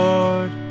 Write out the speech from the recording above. Lord